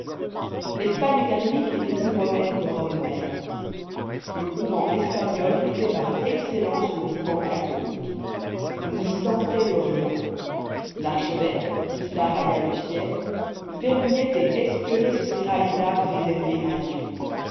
l'espagne catholique était plus romaine que rome même le couvent espagnol était par excellence le couvent catholique on y sentait l'orient l'archevêque kislar aga du ciel verrouillait et espionnait ce sérail d'âmes réservé à dieu